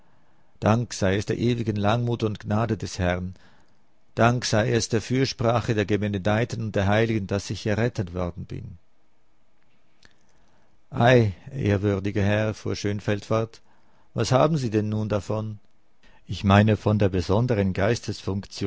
dank sei es der ewigen langmut und gnade des herrn dank sei es der fürsprache der gebenedeiten und der heiligen daß ich errettet worden bin ei ehrwürdiger herr fuhr schönfeld fort was haben sie denn nun davon ich meine von der besonderen